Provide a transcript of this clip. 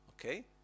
Okay